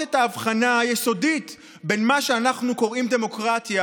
את ההבחנה היסודית בין מה שאנחנו קוראים דמוקרטיה